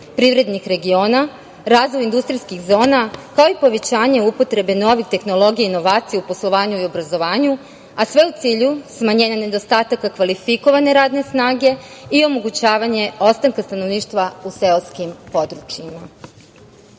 privrednih regiona, razvoj industrijskih zona, kao i povećanje upotrebe novih tehnologija, inovacije u poslovanju i obrazovanju, a sve u cilju smanjenja nedostataka kvalifikovane radne snage i omogućavanje ostanka stanovništva u seoskim područjima,